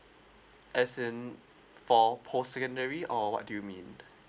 as in for post secondary or what do you mean